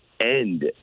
end